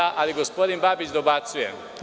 Da, ali gospodin Babić dobacuje.